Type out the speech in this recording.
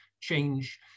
change